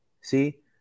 See